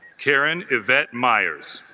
karen yvette meyers